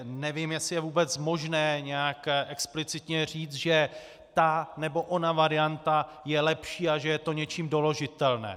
Nevím, jestli je vůbec možné nějak explicitně říct, že ta nebo ona varianta je lepší a že je to něčím doložitelné.